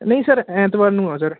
ਨਹੀਂ ਸਰ ਐਤਵਾਰ ਨੂੰ ਆ ਸਰ